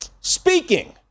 Speaking